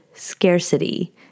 Scarcity